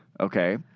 Okay